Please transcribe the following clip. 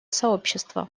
сообщества